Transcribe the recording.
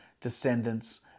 descendants